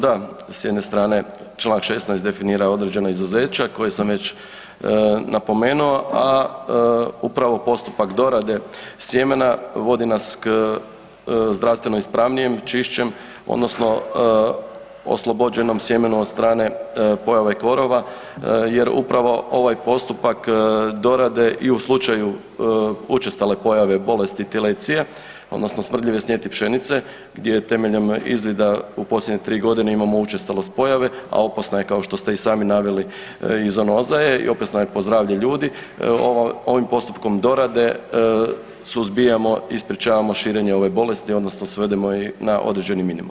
Da, s jedne strane, čl. 16 definira određena izuzeća koja sam već napomenuo, a upravo postupak dorade sjemena vodi nas zdravstveno ispravnijem, čišćem, odnosno oslobođenom sjemenu od strane pojave ... jer upravo ovaj postupak dorade i u slučaju učestale pojave bolesti Tilletie, odnosno smrdljive snijeti pšenice, gdje je temeljem izvida u posljednje 3 godine imamo učestalost pojave, a opasna je, kao što ste i sami naveli ... i opasna je za zdravlje ljudi, ovim postupkom dorade suzbijamo i sprečavamo širenje ove bolesti odnosno svodimo je na određeni minimum.